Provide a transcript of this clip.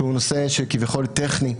שהוא נושא כביכול טכני,